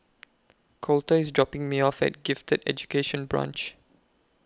Colter IS dropping Me off At Gifted Education Branch